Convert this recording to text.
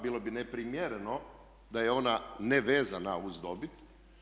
Bilo bi neprimjereno da je ona nevezana uz dobit.